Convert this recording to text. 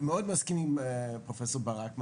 אני מאוד מסכים עם פרופ' ברק,